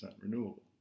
renewable